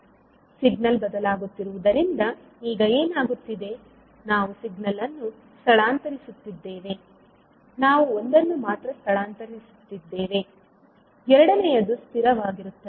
signal ಬದಲಾಗುತ್ತಿರುವುದರಿಂದ ಈಗ ಏನಾಗುತ್ತಿದೆ ನಾವು ಸಿಗ್ನಲ್ ಅನ್ನು ಸ್ಥಳಾಂತರಿಸುತ್ತಿದ್ದೇವೆ ನಾವು ಒಂದನ್ನು ಮಾತ್ರ ಸ್ಥಳಾಂತರಿಸುತ್ತಿದ್ದೇವೆ ಎರಡನೆಯದು ಸ್ಥಿರವಾಗಿರುತ್ತದೆ